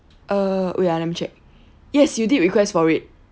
uh wait ah let me check yes you did request for it